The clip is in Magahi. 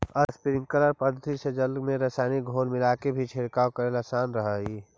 स्प्रिंकलर पद्धति से जल में रसायनिक घोल मिलाके भी छिड़काव करेला आसान रहऽ हइ